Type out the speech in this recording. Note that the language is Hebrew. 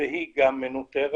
והיא גם מנוטרת,